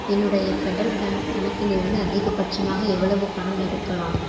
என்னுடைய Federal Bank கணக்கிலிருந்து அதிகபட்சமாக எவ்வளவு பணம் எடுக்கலாம்